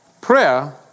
prayer